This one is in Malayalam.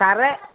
സാറേ